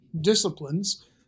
disciplines